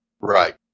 Right